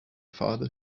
father